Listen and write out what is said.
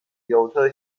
比尤特